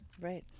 right